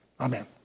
Amen